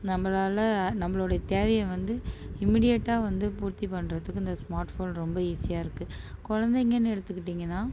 நம்பளால் நம்பளோடைய தேவையை வந்து இமீடியட்டாக வந்து பூர்த்தி பண்ணுறதுக்கு இந்த ஸ்மார்ட் ஃபோன் ரொம்ப ஈசியாக இருக்கு குழந்தைங்கன்னு எடுத்துக்கிட்டிங்கன்னா